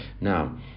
Now